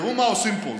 תראו מה עושים פה,